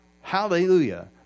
Hallelujah